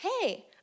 hey